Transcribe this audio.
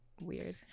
weird